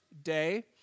Day